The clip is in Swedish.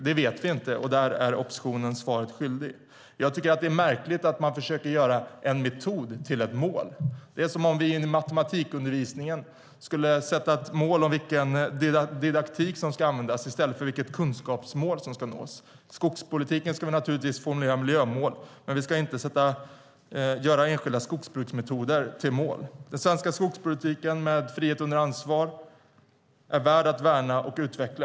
Det vet vi inte, och där är oppositionen svaret skyldig. Jag tycker att det är märkligt att man försöker gör en metod till ett mål. Det är som om vi inom matematikundervisningen skulle sätta ett mål om vilken didaktik som ska användas i stället för vilket kunskapsmål som ska nås. I skogspolitiken ska vi naturligtvis formulera miljömål, men vi ska inte göra enskilda skogsbruksmetoder till mål. Den svenska skogspolitiken med frihet under ansvar är värd att värna och utveckla.